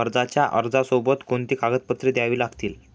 कर्जाच्या अर्जासोबत कोणती कागदपत्रे द्यावी लागतील?